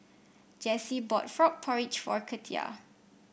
Jessi bought Frog Porridge for Katia